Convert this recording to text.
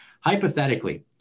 hypothetically